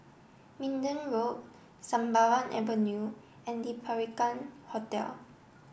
Minden Road Sembawang Avenue and Le Peranakan Hotel